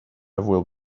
will